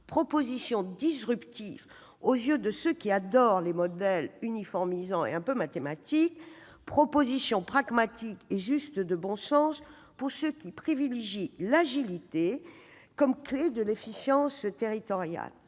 Proposition disruptive aux yeux de ceux qui adorent les modèles uniformisants et quelque peu mathématiques, c'est une proposition pragmatique et de bon sens pour ceux qui privilégient l'agilité comme clef de l'efficience territoriale.